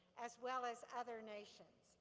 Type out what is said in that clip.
as well as other nations.